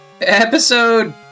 episode